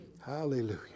Hallelujah